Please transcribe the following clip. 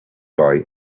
boy